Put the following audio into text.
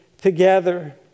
together